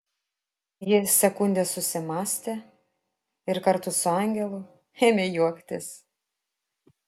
ji sekundę susimąstė ir kartu su angelu ėmė juoktis